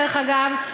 דרך אגב,